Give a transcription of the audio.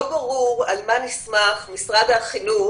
לא ברור על מה נסמך משרד החינוך,